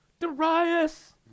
Darius